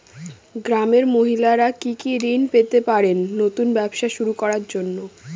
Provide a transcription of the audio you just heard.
গ্রামের মহিলারা কি কি ঋণ পেতে পারেন নতুন ব্যবসা শুরু করার জন্য?